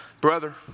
Brother